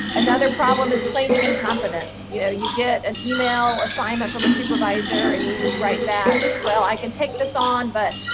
another problem is claiming incompetence. you know, you get an email assignment from a supervisor and you write back well i can take this on but,